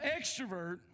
extrovert